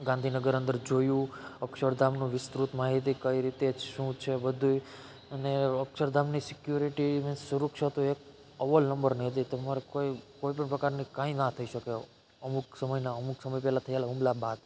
ગાંધીનગર અંદર જોયું અક્ષરધામનો વિસ્તૃત માહિતી કરી તે શું છે બધુંય અને અક્ષરધામની સિક્યોરિટી અને સુરક્ષા તો એ અવ્વલ નંબરની હતી તમારે કોઈ પણ પ્રકારની કાંઈ ના થઈ શકે એવું અમુક સમયના અમુક સમય પહેલાં થયેલા હુમલા બાદ